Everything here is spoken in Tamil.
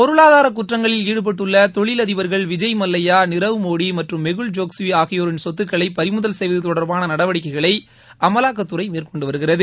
பொருளாதார குற்றங்களில் ஈடுபட்டுள்ள தொழிலதிபர்கள் விஜய்மல்லையா நிரவ் மோடி மற்றும் மெகுல் ஜோக்ஸ்வி ஆகியோரின் சொத்துக்களை பறிமுதல் செய்வது தொடர்பான நடவடிக்கைகளை அமலாக்கத்துறை மேற்கொண்டு வருகிறது